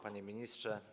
Panie Ministrze!